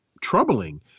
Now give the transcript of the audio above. troubling